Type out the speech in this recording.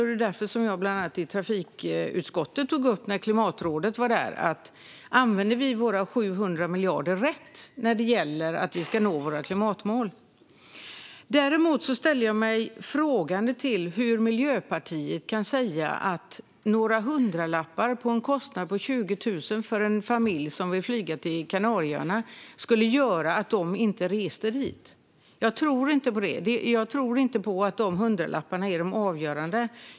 Det är därför jag i trafikutskottet när Klimatrådet kom på besök tog upp frågan om vi använder våra 700 miljarder på ett riktigt sätt för att nå klimatmålen. Däremot frågar jag mig hur Miljöpartiet kan säga att några hundralappar extra på en kostnad på 20 000 för en familj som vill flyga till Kanarieöarna skulle göra att de inte reser dit. Jag tror inte på att de hundralapparna är avgörande.